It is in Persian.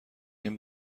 این